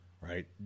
right